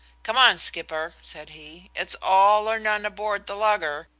come on, skipper, said he it's all or none aboard the lugger,